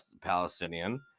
Palestinian